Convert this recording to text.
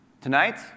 Tonight